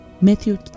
Matthew